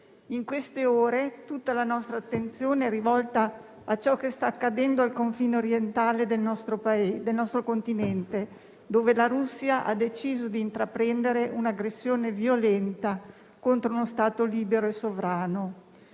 In queste ore tutta la nostra attenzione è rivolta a ciò che sta accadendo al confine orientale del nostro continente, dove la Russia ha deciso di intraprendere un'aggressione violenta contro uno Stato libero e sovrano.